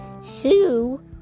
Sue